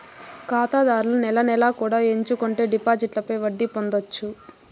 ఖాతాదారులు నెల నెలా కూడా ఎంచుకుంటే డిపాజిట్లపై వడ్డీ పొందొచ్చు